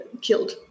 killed